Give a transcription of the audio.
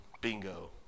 Bingo